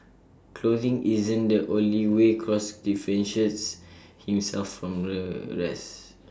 clothing isn't the only way cross differentiates himself from the rest